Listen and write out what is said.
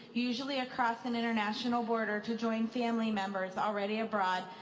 usually across an international border, to join family members already abroad,